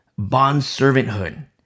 bondservanthood